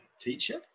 teacher